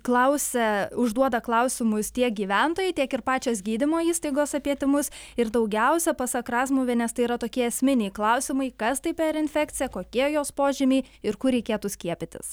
klausia užduoda klausimus tiek gyventojai tiek ir pačios gydymo įstaigos apie tymus ir daugiausia pasak razmuvienės tai yra tokie esminiai klausimai kas tai per infekcija kokie jos požymiai ir kur reikėtų skiepytis